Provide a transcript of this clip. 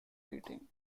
heating